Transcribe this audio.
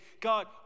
God